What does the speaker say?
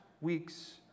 week's